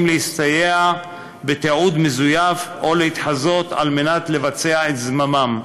להסתייע בתיעוד מזויף או להתחזות על מנת לבצע את זממם.